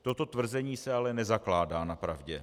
Toto tvrzení se ale nezakládá na pravdě.